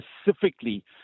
specifically